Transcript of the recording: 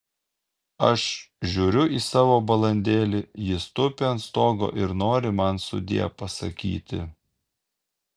aš žiūriu į savo balandėlį jis tupi ant stogo ir nori man sudie pasakyti